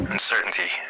Uncertainty